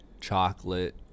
chocolate